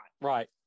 right